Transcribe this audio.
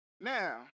Now